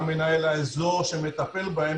גם מנהל האזור שמטפל בהם,